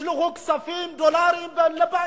ישלחו כספים, דולרים לבנקים.